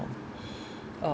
um